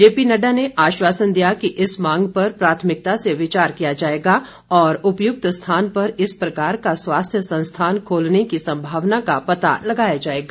JP Nadda ने आश्वासन दिया कि इस मांग पर प्राथमिकता से विचार किया जाएगा और उपयुक्त स्थान पर इस प्रकार का स्वास्थ्य संस्थान खोलने की सम्भावना का पता लगाया जाएगा